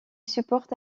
supporte